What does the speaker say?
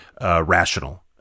rational